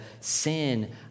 sin